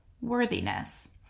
worthiness